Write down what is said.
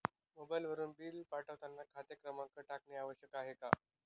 मोबाईलवरून बिल पाठवताना खाते क्रमांक टाकणे आवश्यक आहे का?